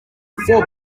four